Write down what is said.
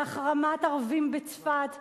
להחרמת ערבים בצפת,